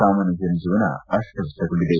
ಸಾಮಾನ್ಯ ಜನಜೀವನ ಅಸ್ತಮಸ್ತಗೊಂಡಿದೆ